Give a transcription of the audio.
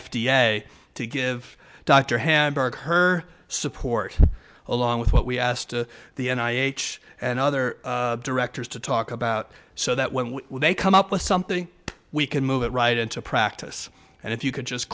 a to give dr hamburg her support along with what we asked the n i m h and other directors to talk about so that when they come up with something we can move it right into practice and if you could just